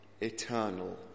eternal